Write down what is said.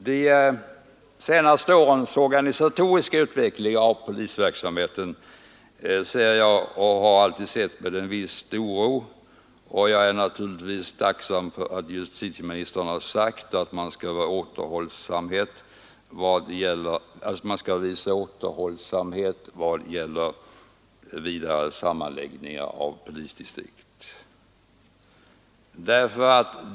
De senaste årens organisatoriska utveckling av polisverksamheten har jag sett med en viss oro, och jag är naturligtvis tacksam för att justitieministern har sagt att man skall visa återhållsamhet vad gäller --vidare sammanläggningar av polisdistrikt.